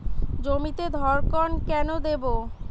জমিতে ধড়কন কেন দেবো?